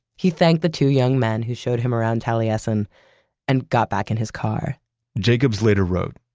he thanked the two young men who showed him around taliesin and got back in his car jacobs later wrote,